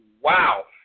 Wow